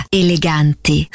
eleganti